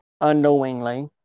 Unknowingly